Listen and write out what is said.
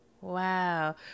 Wow